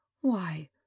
Why